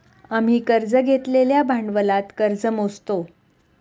आम्ही कर्ज घेतलेल्या भांडवलात कर्ज मोजतो